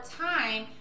time